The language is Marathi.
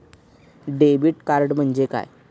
डेबिट कार्ड म्हणजे काय?